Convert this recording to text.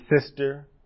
sister